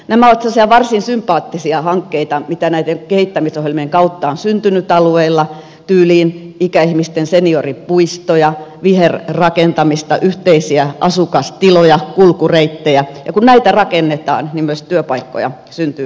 nämä ovat sellaisia varsin sympaattisia hankkeita mitä näiden kehittämisohjelmien kautta on syntynyt alueilla tyyliin ikäihmisten senioripuistoja viherrakentamista yhteisiä asukastiloja kulkureittejä ja kun näitä rakennetaan niin myös työpaikkoja syntyy kaiken kaikkiaan